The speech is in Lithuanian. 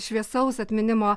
šviesaus atminimo